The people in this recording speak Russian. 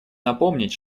напомнить